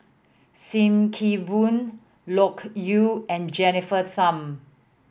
Sim Kee Boon Loke Yew and Jennifer Tham